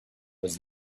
was